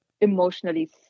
emotionally